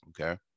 okay